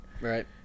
Right